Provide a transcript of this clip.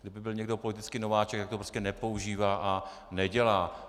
Kdyby byl někdo politický nováček, tak to prostě nepoužívá a nedělá.